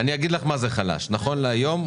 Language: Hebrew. אגיד לך מה זה חלש: נכון להיום,